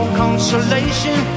consolation